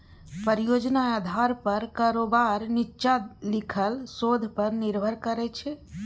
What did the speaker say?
परियोजना आधार पर कारोबार नीच्चां लिखल शोध पर निर्भर करै छै